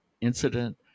incident